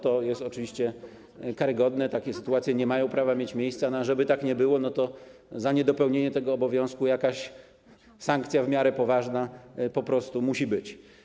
To jest oczywiście karygodne, takie sytuacje nie mają prawa mieć miejsca, a żeby tak nie było, to za niedopełnienie tego obowiązku jakaś w miarę poważna sankcja po prostu musi być.